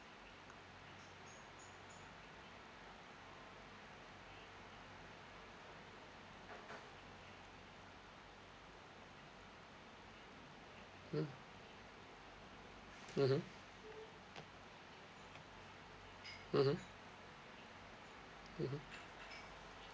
mm mmhmm mmhmm mmhmm